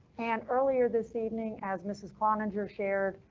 and earlier this evening, as mrs. cloninger shared,